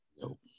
Nope